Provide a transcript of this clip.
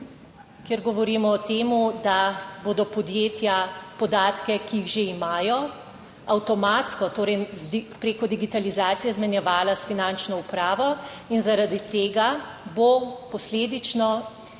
kjer govorimo o tem, da bodo podjetja podatke, ki jih že imajo, avtomatsko, torej preko digitalizacije, izmenjevala s finančno upravo in zaradi tega bo posledično,